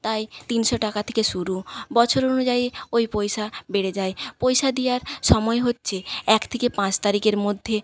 তাই তিনশো টাকা থেকে শুরু বছর অনুযায়ী ওই পয়সা বেড়ে যায় পয়সা দেওয়ার সময় হচ্ছে এক থেকে পাঁচ তারিখের মধ্যে